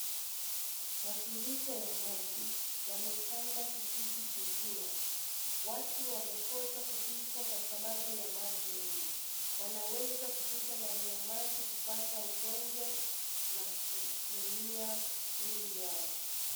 Mafuriko ya maji yametanda kijiji nzima. Watu wamekosa kupita kwa sababu ya maji mingi. Wanaweza kupita ndani ya maji kupata ugonjwa na kuumia miili yao.